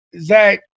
Zach